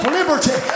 liberty